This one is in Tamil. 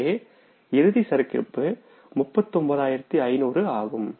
எனவே இறுதி சரக்கிருப்பு 39500 ஆகும்